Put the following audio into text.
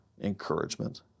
encouragement